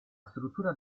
struttura